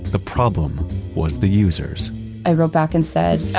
the problem was the users i wrote back and said,